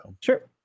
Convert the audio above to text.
Sure